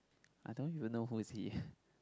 I don't even know who is he